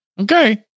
okay